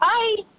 Bye